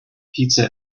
pizza